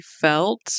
felt